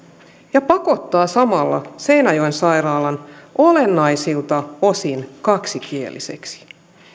ja pakottaa samalla seinäjoen sairaalan olennaisilta osin kaksikieliseksi